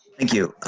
thank you